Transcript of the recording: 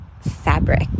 fabric